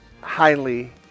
highly